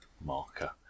marker